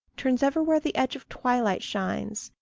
turns ever where the edge of twilight shines,